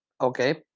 Okay